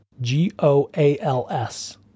G-O-A-L-S